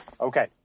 Okay